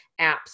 apps